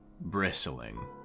bristling